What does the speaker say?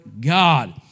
God